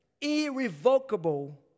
irrevocable